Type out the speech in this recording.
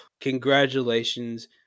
congratulations